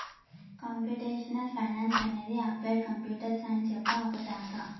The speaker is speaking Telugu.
కంప్యూటేషనల్ ఫైనాన్స్ అనేది అప్లైడ్ కంప్యూటర్ సైన్స్ యొక్క ఒక శాఖ